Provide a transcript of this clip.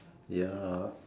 ya